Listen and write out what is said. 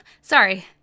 sorry